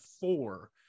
four